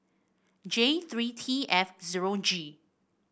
J three T F zero G